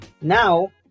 Now